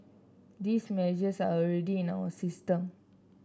these measures are already in our system